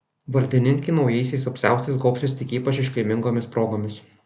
valdininkai naujaisiais apsiaustais gobsis tik ypač iškilmingomis progomis